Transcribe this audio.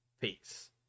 Peace